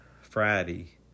Friday